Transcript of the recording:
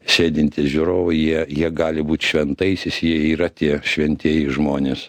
sėdintį žiūrovą jie jie gali būt šventaisiais jie yra tie šventieji žmonės